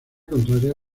contraria